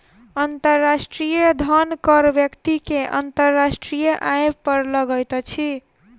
अंतर्राष्ट्रीय धन कर व्यक्ति के अंतर्राष्ट्रीय आय पर लगैत अछि